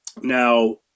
Now